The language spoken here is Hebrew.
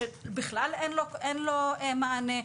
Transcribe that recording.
שבכלל אין לו מענה.